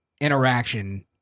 interaction